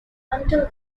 until